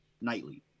nightly